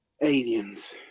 Aliens